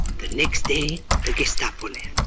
the next day, the gestapo left.